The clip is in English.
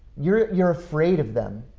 you're you're afraid of them.